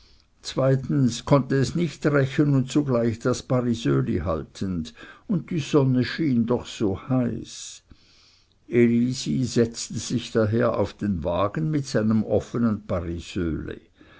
zweitens konnte es nicht rechen und zugleich das paresöli halten und die sonne schien doch so heiß elisi setzte sich daher auf den wagen mit seinem offenen